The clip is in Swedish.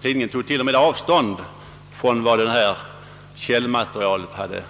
tidningen tog t.o.m. avstånd från vad som uppgavs i källmaterialet.